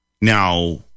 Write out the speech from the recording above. Now